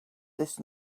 this